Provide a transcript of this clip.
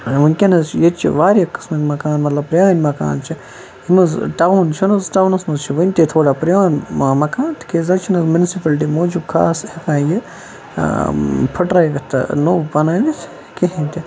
وٕنکٮ۪نَس ییٚتہِ چھِ واریاہ قٕسمٕکۍ مکان مطلب پرٛٲنۍ مکان چھِ یِم حظ ٹاوُن چھُنہٕ حظ ٹاونَس منٛز چھِ وٕنۍ تہِ تھوڑا پرٛون مکان تِکیٛازِ حظ چھِنہٕ منسِپٔلٹی موجوٗب خاص یہِ پھٔٹرٲوِتھ تہٕ نوٚو بَنٲوِتھ کِہیٖنۍ تہِ